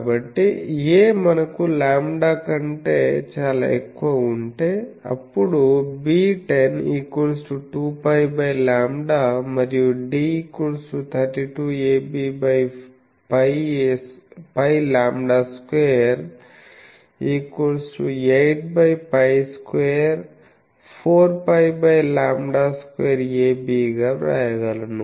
కాబట్టి a మనకు lambda కంటే చాలా ఎక్కువ ఉంటే అప్పుడు β10 ≈ 2πλ మరియు D≈32abπλ28π24πλ2ab గా వ్రాయగలను